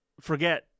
Forget